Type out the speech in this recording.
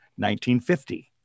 1950